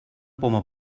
poma